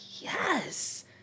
Yes